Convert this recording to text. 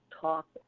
Talk